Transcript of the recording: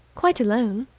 quite alone.